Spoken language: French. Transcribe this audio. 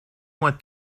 moi